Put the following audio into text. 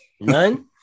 None